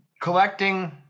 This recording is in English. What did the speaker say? collecting